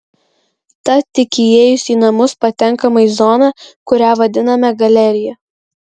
tad tik įėjus į namus patenkama į zoną kurią vadiname galerija